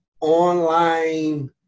online